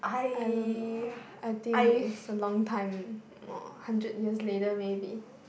I don't know I think it's a long time hundred years later maybe